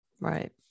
Right